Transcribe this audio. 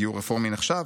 גיור רפורמי נחשב?